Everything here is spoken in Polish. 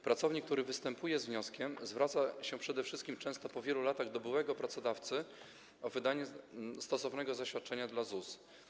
Pracownik, który występuje z wnioskiem, zwraca się przede wszystkim, często po wielu latach, do byłego pracodawcy o wydanie stosownego zaświadczenia dla ZUS.